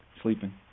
sleeping